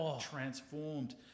transformed